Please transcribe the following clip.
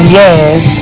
yes